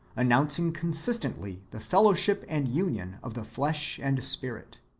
announcing consis tently the fellowship and union of the flesh and spirit.